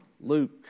Luke